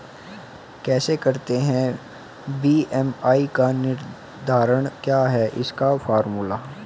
कैसे करते हैं बी.एम.आई का निर्धारण क्या है इसका फॉर्मूला?